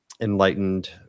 enlightened